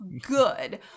good